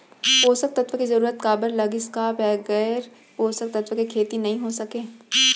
पोसक तत्व के जरूरत काबर लगिस, का बगैर पोसक तत्व के खेती नही हो सके?